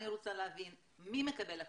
אני רוצה להבין מי מקבל החלטות,